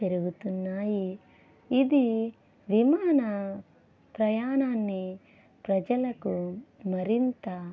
పెరుగుతున్నాయి ఇది విమాన ప్రయాణాన్ని ప్రజలకు మరింత